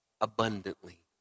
abundantly